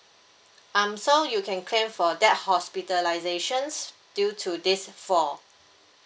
um so you can claim for that hospitalisation due to this fall